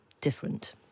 different